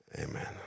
Amen